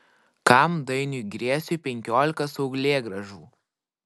kam dainiui griesiui penkiolika saulėgrąžų